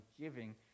giving